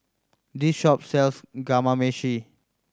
this shop sells Kamameshi